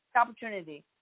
opportunity